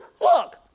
Look